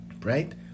right